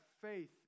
faith